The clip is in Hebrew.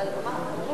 אבל אמרו